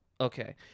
Okay